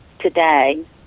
today